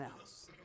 else